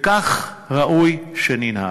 כך ראוי שננהג.